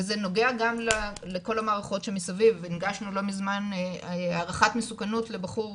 וזה נוגע גם לכל המערכות שמסביב והגשנו לא מזמן הערכת מסוכנות לבחור